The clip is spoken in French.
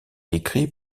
écrit